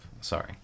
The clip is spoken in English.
Sorry